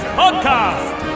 podcast